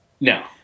no